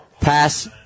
pass